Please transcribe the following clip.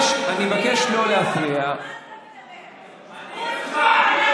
זה לא נכון, הוא לא הצביע --- על מה אתה מדבר?